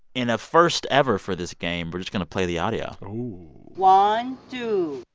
in a first ever for this game, we're just going to play the audio one, two